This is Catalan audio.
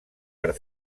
per